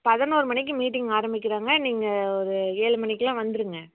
பதினொரு மணிக்கு மீட்டிங் ஆரம்பிக்கிறாங்க நீங்கள் ஒரு ஏழு மணிக்கெலாம் வந்துருங்க